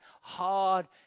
hard